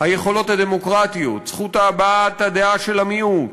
היכולות הדמוקרטיות, זכות הבעת הדעה של המיעוט,